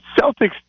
Celtics